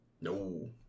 No